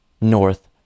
North